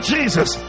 Jesus